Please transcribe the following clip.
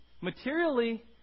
materially